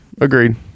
agreed